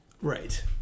Right